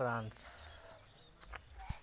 France